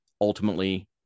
ultimately